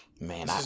Man